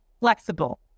flexible